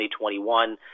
2021